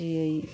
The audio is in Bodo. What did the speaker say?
खुसियै